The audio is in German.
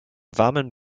warmen